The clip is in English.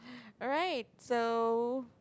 alright so